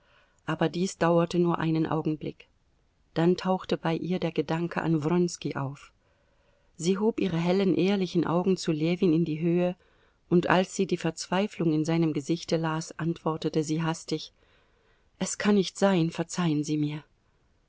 aber dies dauerte nur einen augenblick dann tauchte bei ihr der gedanke an wronski auf sie hob ihre hellen ehrlichen augen zu ljewin in die höhe und als sie die verzweiflung in seinem gesichte las antwortete sie hastig es kann nicht sein verzeihen sie mir